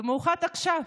במיוחד עכשיו.